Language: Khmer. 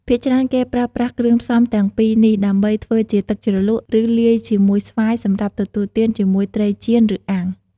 ភាគច្រើនគេប្រើប្រាស់គ្រឿងផ្សំទាំងពីរនេះដើម្បីធ្វើជាទឹកជ្រលក់ ឬលាយជាមួយស្វាយសម្រាប់ទទួលទានជាមួយត្រីចៀនឬអាំង។